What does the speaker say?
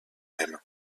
même